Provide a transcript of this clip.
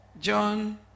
John